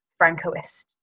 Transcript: francoist